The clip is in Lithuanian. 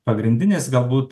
pagrindinės galbūt